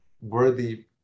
worthy